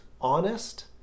honest